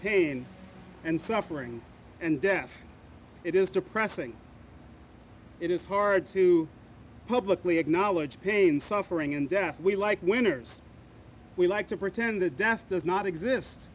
pain and suffering and death it is depressing it is hard to publicly acknowledge pain suffering and death we like winners we like to pretend the death does not exist